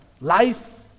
life